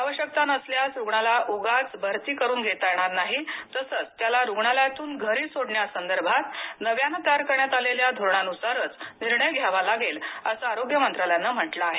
आवश्यकता नसल्यास रुग्णाला उगाच भारती करून घेता येणार नाही तसच त्याला रुग्णालयातून घरी सोडण्यासंदर्भात नव्याने तयार करण्यात आलेल्या धोरणानुसारच निर्णय घ्यावा लागेल असं आरोग्य मंत्रालयाने म्हंटल आहे